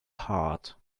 heart